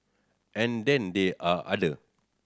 and then there are other